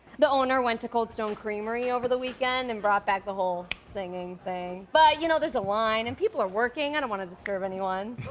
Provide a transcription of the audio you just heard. the owner went to cold stone creamery over the weekend and brought back the whole singing thing, but, you know, there's a line and people are working. i don't want to disturb anyone.